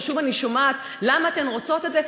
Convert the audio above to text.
ששוב אני שומעת: למה אתן רוצות את זה,